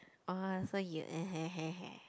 orh so you